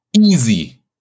Easy